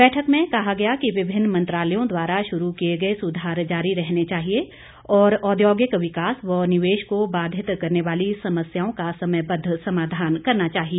बैठक में कहा गया कि विभिन्न मंत्रालयों द्वारा शुरू किये गये सुधार जारी रहने चाहिए और औद्योगिक विकास व निवेश को बाधित करने वाली समस्याओं का समयबद्ध समाधान करना चाहिए